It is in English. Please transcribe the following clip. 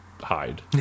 hide